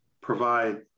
provide